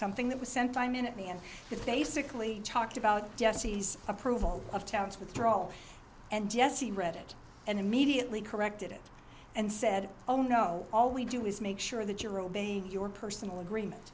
something that was sent by minutely and it basically talked about jesse's approval of towns withdrawal and yes he read it and immediately corrected it and said oh no all we do is make sure that you're obeying your personal agreement